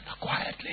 Quietly